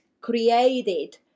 created